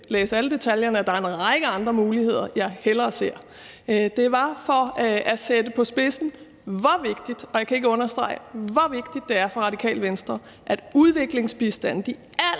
læse alle detaljerne – at der er en række andre muligheder, jeg hellere ser. Det var for at sætte det på spidsen, hvor vigtigt – og det kan jeg ikke understrege nok – det er for Radikale Venstre, at modtagerne af